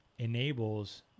enables